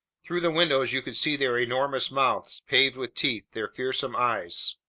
through the windows you could see their enormous mouths paved with teeth, their fearsome eyes.